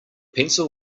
pencil